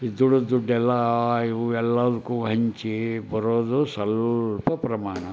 ಈ ದುಡಿದು ದುಡ್ಡೆಲ್ಲ ಇವು ಎಲ್ಲದಕ್ಕೂ ಹಂಚಿ ಬರೋದು ಸ್ವಲ್ಪ ಪ್ರಮಾಣ